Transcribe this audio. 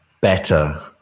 better